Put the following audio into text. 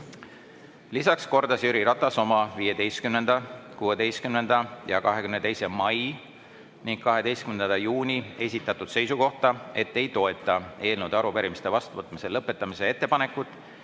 Lisaks kordas Jüri Ratas oma 15., 16. ja 22. mail ning 12. juunil esitatud seisukohta, et ei toeta eelnõude ja arupärimiste vastuvõtmise lõpetamise ettepanekut